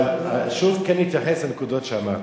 אבל שוב, כן להתייחס לנקודות שאמרתי.